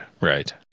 right